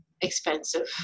expensive